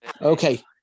Okay